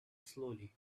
slowly